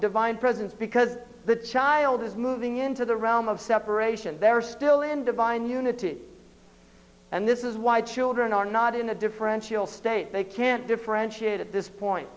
divine presence because the child is moving into the realm of separation they are still in divine unity and this is why children are not in a differential state they can't differentiate at this point